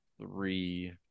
three